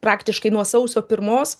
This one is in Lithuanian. praktiškai nuo sausio pirmos